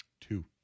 Two